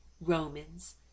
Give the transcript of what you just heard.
Romans